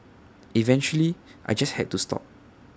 eventually I just had to stop